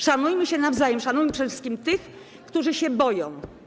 Szanujmy się nawzajem, szanujmy przede wszystkim tych, którzy się boją.